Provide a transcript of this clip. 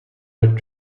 had